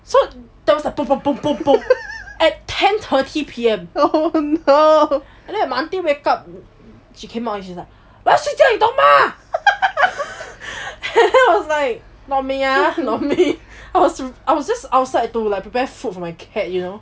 so there was the bomb bomb bomb at ten thirty P_M and then my aunty wake up she came out she was like 我要睡觉你懂吗 then I was like not me ah not me I was I was just outside to like prepare food for my cat you know